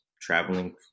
traveling